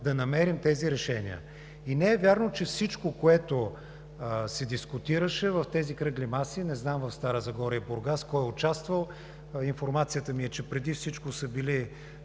да намерим тези решения. И не е вярно, че всичко, което се дискутираше на тези кръгли маси – не знам в Стара Загора и Бургас кой е участвал, информацията ми е, че преди всичко са били